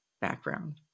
background